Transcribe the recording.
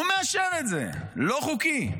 הוא מאשר את זה, לא חוקי.